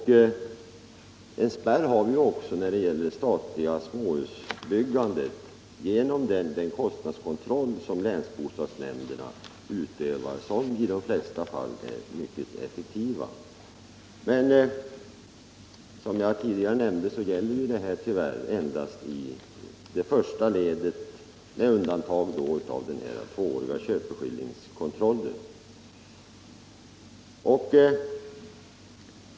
En spärr har vi också för det statligt belånade småhusbyggandet genom den kostnadskontroll som länsbostadsnämnderna utövar och som är mycket effektiv. Men som jag tidigare nämnde gäller detta tyvärr endast i det första ledet, med undantag då av den tvååriga köpeskillingskontrollen.